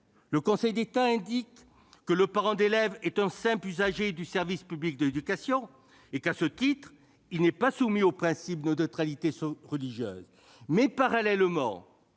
Le Conseil d'État indique que le parent d'élève est un simple usager du service public de l'éducation, non soumis, donc, au principe de neutralité religieuse